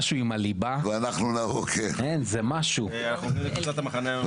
אנחנו עוברים לקבוצת "המחנה הממלכתי".